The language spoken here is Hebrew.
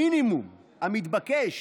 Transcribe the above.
המינימום המתבקש